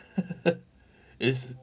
is